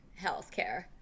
healthcare